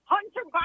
Hunter